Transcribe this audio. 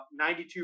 92